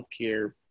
healthcare